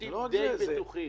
קליינטים די בטוחים.